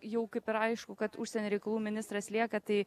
jau kaip ir aišku kad užsienio reikalų ministras lieka tai